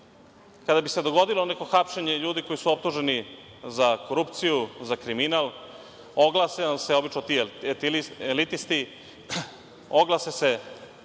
kada bi se dogodilo neko hapšenje ljudi koji su optuženi za korupciju, za kriminal, oglase nam se obično ti elitisti, oglase se